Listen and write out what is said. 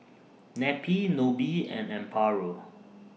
Neppie Nobie and Amparo